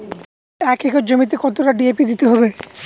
এক একর জমিতে কতটা ডি.এ.পি দিতে হবে?